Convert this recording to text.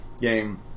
game